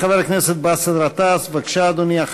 חבר הכנסת באסל גטאס, בבקשה, אדוני.